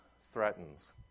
threatens